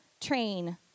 train